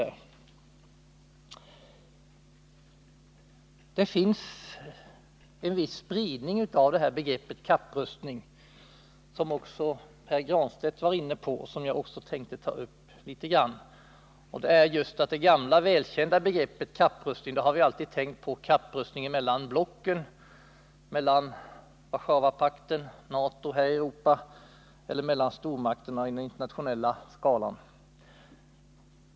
Det finns en viss spridning av begreppet kapprustning, något som Pär Granstedt varit inne på och som också jag hade tänkt ta upp. När det gäller det gamla välkända begreppet har vi alltid tänkt på en kapprustning mellan blocken, mellan Warszawapakten och NATO här i Europa, eller mellan stormakterna enligt den internationella skalan.